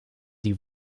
die